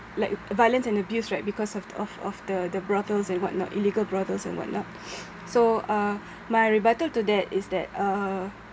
like violence and abuse right because of of of the the brothels and what not illegal brothels and what not so uh my rebuttal to that is that uh